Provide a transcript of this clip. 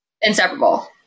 inseparable